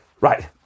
Right